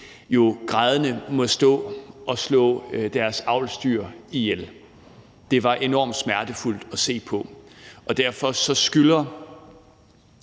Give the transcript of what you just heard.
grædende må stå og slå deres avlsdyr ihjel. Det var enormt smertefuldt at se på. Derfor skylder